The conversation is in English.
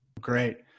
Great